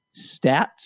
stats